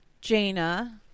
Jaina